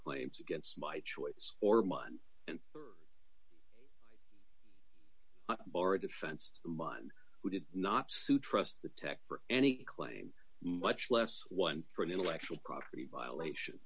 claims against my choice or mine and bar a defense mine who did not suit trust the tech for any claim much less one for an intellectual property violation